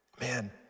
Man